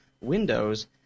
Windows –